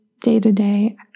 day-to-day